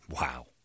Wow